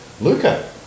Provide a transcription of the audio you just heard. Luca